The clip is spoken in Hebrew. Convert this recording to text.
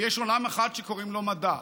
ויש עולם אחד שקוראים לו מדע,